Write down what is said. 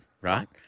right